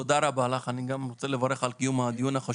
תודה רבה לך ותודה עבור קיום הדיון.